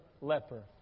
leper